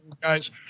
guys